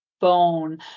bone